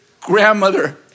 grandmother